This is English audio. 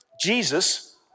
Jesus